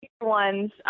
ones